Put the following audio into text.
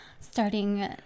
Starting